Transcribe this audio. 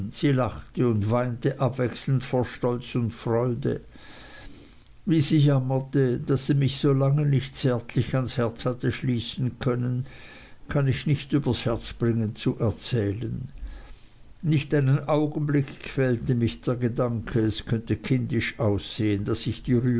sie lachte und weinte abwechselnd vor stolz und freude wie sie jammerte daß sie mich so lange nicht zärtlich ans herz hatte schließen können kann ich nicht übers herz bringen zu erzählen nicht einen augenblick quälte mich der gedanke es könnte kindisch aussehen daß ich ihre